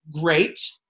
great